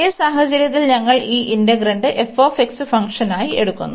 ഈ സാഹചര്യത്തിൽ ഞങ്ങൾ ഈ ഇന്റെഗ്രന്റ് f ഫംഗ്ഷനായി എടുക്കുന്നു